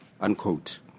Unquote